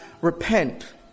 repent